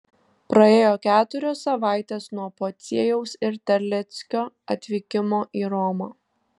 praėjo keturios savaitės nuo pociejaus ir terleckio atvykimo į romą